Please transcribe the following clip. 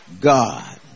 God